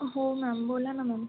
हो मॅम बोला ना मॅम